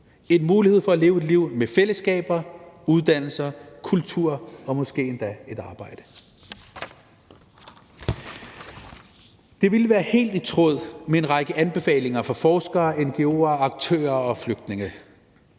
en mulighed for at leve et liv med fællesskaber, uddannelse, kultur og måske endda et arbejde? Det ville være helt i tråd med en række anbefalinger fra forskere, ngo'er, aktører og flygtninge.